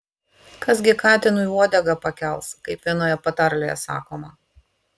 kas gi katinui uodegą pakels kaip vienoje patarlėje sakoma